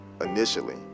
initially